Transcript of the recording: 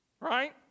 right